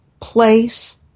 place